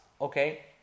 okay